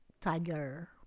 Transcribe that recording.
tiger